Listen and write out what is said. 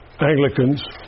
Anglicans